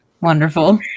wonderful